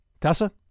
Tessa